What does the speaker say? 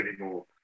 anymore